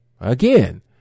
Again